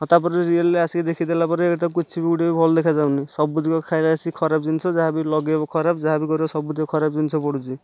ତା'ପରେ ରିଅଲରେ ଆସିକି ଦେଖିଦେଲା ପରେ କିଛି ବି ଗୋଟିଏ ଭଲ ଦେଖା ଯାଉନି ସବୁତକ ଖାଇବା ଆସିକି ଖରାପ ଜିନିଷ ଯାହାବି ଲଗେଇବ ଖରାପ ଯାହାବି କରିବ ସବୁତକ ଖରାପ ଜିନିଷ ପଡ଼ୁଛି